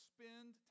Spend